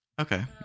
Okay